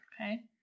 Okay